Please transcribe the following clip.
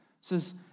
says